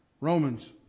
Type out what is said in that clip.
Romans